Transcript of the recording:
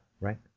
right